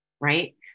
right